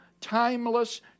timeless